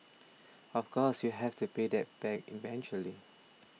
of course you have to pay them back eventually